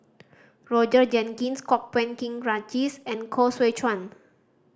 Roger Jenkins Kwok Peng Kin and Koh Seow Chuan